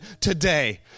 today